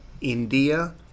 India